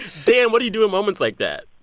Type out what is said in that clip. dan, what do you do in moments like that?